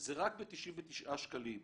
זה רק ב-99 שקלים.